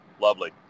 lovely